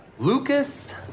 Lucas